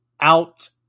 out